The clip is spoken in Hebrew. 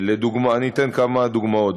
אני אתן כמה דוגמאות.